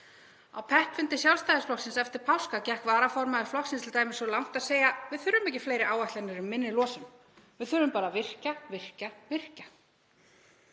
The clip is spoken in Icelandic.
Á peppfundi Sjálfstæðisflokksins eftir páska gekk varaformaður flokksins t.d. svo langt að segja: Við þurfum ekki fleiri áætlanir um minni losun, við þurfum bara að virkja, virkja, virkja.